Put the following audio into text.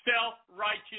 self-righteous